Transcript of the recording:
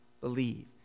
believe